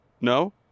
No